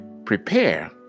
Prepare